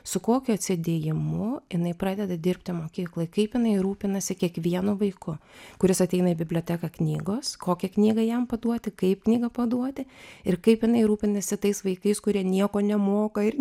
su kokiu atsidėjimu jinai pradeda dirbti mokyklai kaip jinai rūpinasi kiekvienu vaiku kuris ateina į biblioteką knygos kokią knygą jam paduoti kaip knygą paduoti ir kaip jinai rūpinasi tais vaikais kurie nieko nemoka ir